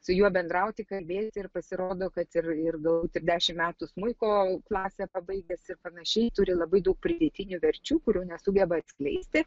su juo bendrauti kalbėti ir pasirodo kad ir ir galbūt ir dešimt metų smuiko klasę pabaigęs ir panašiai turi labai daug pridėtinių verčių kurių nesugeba atskleisti